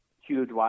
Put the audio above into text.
Huge